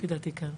לפי דעתי כן.